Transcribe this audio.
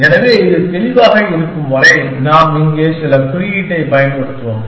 எனவே இது தெளிவாக இருக்கும் வரை நாம் இங்கே சில குறியீட்டைப் பயன்படுத்துவோம்